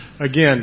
Again